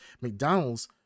McDonald's